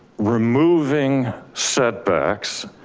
removing setbacks.